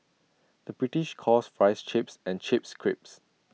the British calls Fries Chips and Chips Crisps